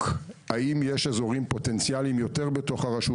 האם יש אזורים בעלי יותר פוטנציאל בתוך הרשות